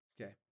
Okay